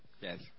Yes